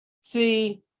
see